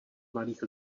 malých